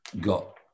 got